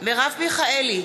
מרב מיכאלי,